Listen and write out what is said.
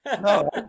No